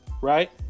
Right